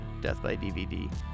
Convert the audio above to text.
deathbydvd